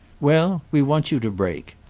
well, we want you to break.